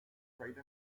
trade